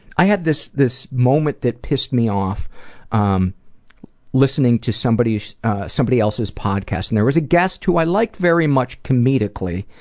i had this this moment that pissed me off um listening to somebody somebody else's podcast. and there was a guest who i like very much comedically,